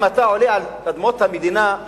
אם אתה עולה על אדמות המדינה,